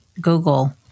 Google